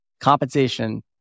compensation